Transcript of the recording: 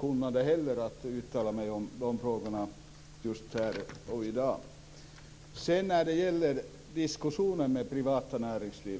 kunnande för att här i dag uttala mig om skatteinstrumentet, de höga lönerna och fallskärmsavtalen.